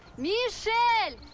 michel!